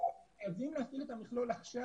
חייבים להפעיל את המכלול עכשיו,